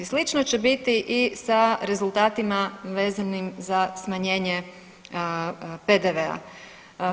Slično će biti i sa rezultatima vezanim za smanjenje PDV-a.